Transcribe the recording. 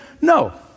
no